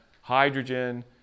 hydrogen